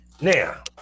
Now